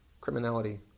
Criminality